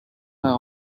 are